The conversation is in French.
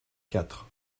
quatre